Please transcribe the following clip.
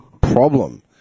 problem